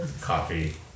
Coffee